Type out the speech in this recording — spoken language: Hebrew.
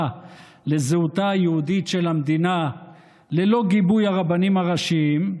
לזהותה היהודית של המדינה ללא גיבוי הרבנים הראשיים,